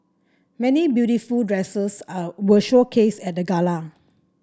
many beautiful dresses are were showcased at the gala